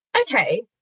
Okay